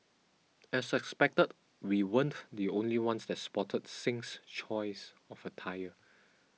as expected we weren't the only ones that spotted Singh's choice of attire